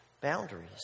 boundaries